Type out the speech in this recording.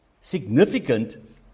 significant